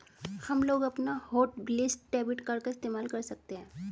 हमलोग अपना hotlist debit card का इस्तेमाल कर सकते हैं